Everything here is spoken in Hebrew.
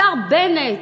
השר בנט: